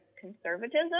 conservatism